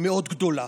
מאוד גדולה.